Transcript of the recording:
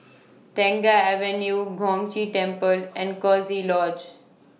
Tengah Avenue Gong Chee Temple and Coziee Lodge